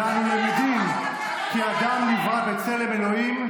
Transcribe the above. ו"אנו למדים כי האדם נברא בצלם אלוהים,